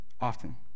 often